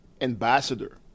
ambassador